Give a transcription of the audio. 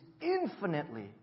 infinitely